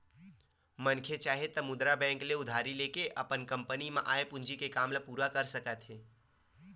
मनखे चाहे त मुद्रा बजार ले उधारी लेके अपन कंपनी म आय पूंजी के काम ल पूरा कर सकत हे